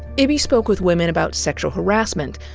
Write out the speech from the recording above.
ibby spoke with women about sexual harassment,